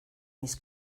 mis